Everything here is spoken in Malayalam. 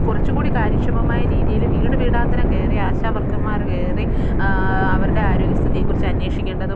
കുറച്ചും കൂടി കാര്യക്ഷമമായ രീതിയിൽ വീട് വീടാന്തരം കയറി ആശാവർക്കർമാർ കയറി അവരുടെ ആരോഗ്യ സ്ഥിതിയെ കുറിച്ച് അന്വേഷിക്കേണ്ടതും